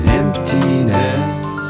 emptiness